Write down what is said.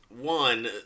one